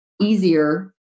easier